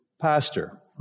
pastor